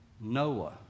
Noah